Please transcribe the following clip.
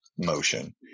motion